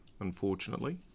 unfortunately